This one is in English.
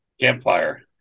campfire